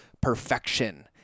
perfection